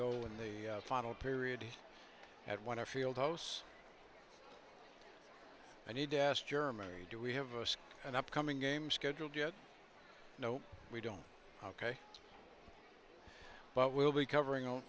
go in the final period at one a field house i need to ask germany do we have an upcoming game scheduled yet no we don't ok but we'll be covering on